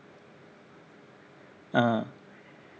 ah